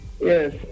Yes